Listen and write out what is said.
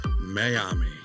miami